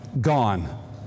gone